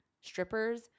strippers